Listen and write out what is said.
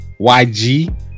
YG